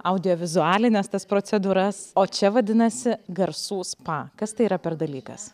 audiovizualines tas procedūras o čia vadinasi garsų spa kas tai yra per dalykas